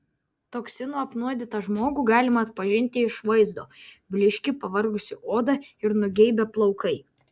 toksinų apnuodytą žmogų galima atpažinti iš vaizdo blyški pavargusi oda ir nugeibę plaukai